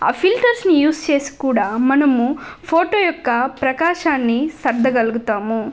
ఆ ఫిల్టర్స్ని యూస్ చేసి కూడా మనము ఫోటో యొక్క ప్రకాశాన్ని సర్దగలుగుతాము